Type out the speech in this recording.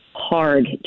hard